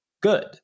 good